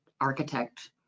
architect